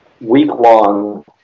week-long